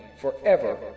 forever